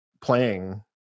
playing